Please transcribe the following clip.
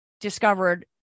discovered